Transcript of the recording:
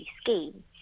scheme